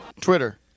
Twitter